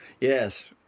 Yes